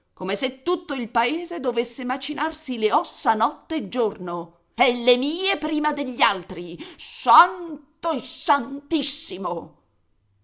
come se tutto il paese dovesse macinarsi le ossa notte e giorno e le mie prima degli altri santo e santissimo